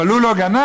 אבל הוא לא גנב,